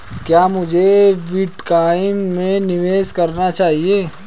क्या मुझे बिटकॉइन में निवेश करना चाहिए?